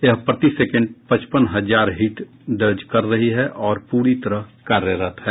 यह प्रति सेकंड पचपन हजार हिट दर्ज कर रही है और पूरी तरह कार्यरत है